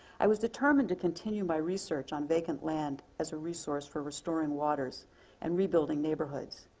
i was determined to continue my research on vacant land as a resource for restoring waters and rebuilding neighborhoods.